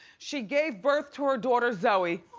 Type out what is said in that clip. she gave birth to her daughter zoe.